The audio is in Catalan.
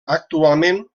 actualment